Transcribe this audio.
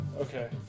Okay